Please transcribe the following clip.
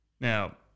Now